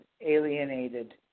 alienated